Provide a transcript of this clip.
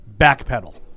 backpedal